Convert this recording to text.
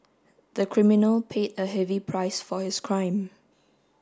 the criminal paid a heavy price for his crime